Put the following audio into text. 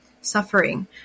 suffering